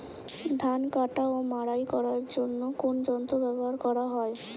ধান কাটা ও মাড়াই করার জন্য কোন যন্ত্র ব্যবহার করা হয়?